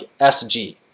SG